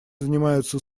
занимаются